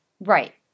Right